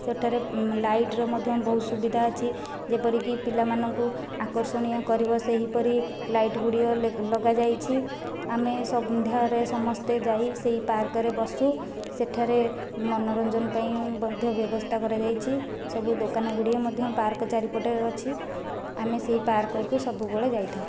ସେଠାରେ ଲାଇଟ୍ର ମଧ୍ୟ ବହୁତ ସୁବିଧା ଅଛି ଯେପରିକି ପିଲାମାନଙ୍କୁ ଆକର୍ଷଣୀୟ କରିବ ସେହିପରି ଲାଇଟ୍ଗୁଡ଼ିକ ଲଗାଯାଇଛି ଆମେ ସନ୍ଧ୍ୟାରେ ସମସ୍ତେ ଯାଇ ସେହି ପାର୍କରେ ବସୁ ସେଠାରେ ମନୋରଞ୍ଜନ ପାଇଁ ମଧ୍ୟ ବ୍ୟବସ୍ଥା କରାଯାଇଛି ସବୁ ଦୋକାନଗୁଡ଼ିଏ ମଧ୍ୟ ପାର୍କ ଚାରିପଟେ ଅଛି ଆମେ ସେହି ପାର୍କକୁ ସବୁବେଳେ ଯାଇଥାଉ